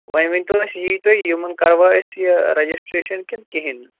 وۄنۍ ؤنۍ تو أسۍ یی تُہۍ یِمَن کَروا أسۍ یہِ رجسٹریشَن کِنہٕ کِہیٖنۍ نہٕ